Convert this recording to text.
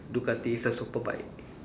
Ducati is a super bike